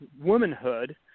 womanhood